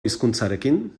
hizkuntzarekin